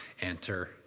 enter